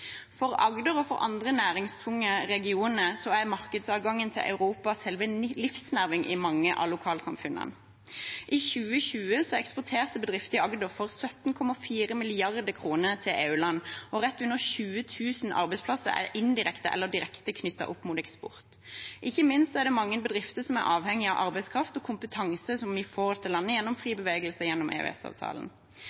For Agder og for andre næringstunge regioner er markedsadgangen til Europa selve livsnerven i mange av lokalsamfunnene. I 2020 eksporterte bedrifter i Agder for 17,4 mrd. kr til EU-land, og rett under 20 000 arbeidsplasser er indirekte eller direkte knyttet opp mot eksport. Ikke minst er det mange bedrifter som er avhengig av arbeidskraft og kompetanse som vi får til landet gjennom fri